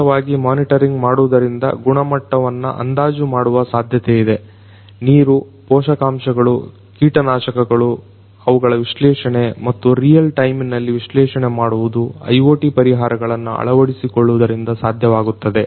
ಸತತವಾಗಿ ಮೊನಿಟರಿಂಗ್ ಮಾಡುವುದರಿಂದ ಗುಣಮಟ್ಟವನ್ನ ಅಂದಾಜು ಮಾಡುವ ಸಾಧ್ಯತೆಯಿದೆ ನೀರು ಪೋಷಕಂಶಗಳು ಕೀಟನಾಶಕಗಳು ಅವುಗಳ ವಿಶ್ಲೇಷಣೆ ಮತ್ತು ರಿಯಲ್ ಟೈಮಿನಲ್ಲಿ ವಿಶ್ಲೇಷಣೆ ಮಾಡುವುದು IoT ಪರಿಹಾರಗಳನ್ನು ಅಳವಡಿಸಿಕೊಳ್ಳುವುದರಿಂದ ಸಾಧ್ಯವಾಗುತ್ತದೆ